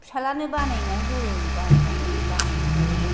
फिसाज्लायानो बानायनो गोरों बानायबालाय बानायना होआखै